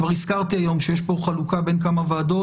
כבר הזכרתי היום שיש פה חלוקה בין כמה ועדות,